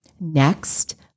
Next